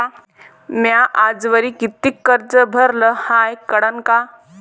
म्या आजवरी कितीक कर्ज भरलं हाय कळन का?